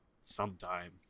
sometime